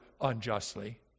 unjustly